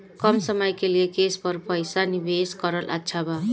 कम समय के लिए केस पर पईसा निवेश करल अच्छा बा?